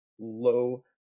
low